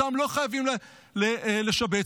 אותם לא חייבים להם לשבץ.